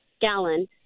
gallon